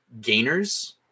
Gainers